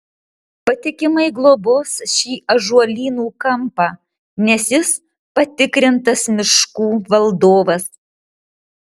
patikimai globos šį ąžuolynų kampą nes jis patikrintas miškų valdovas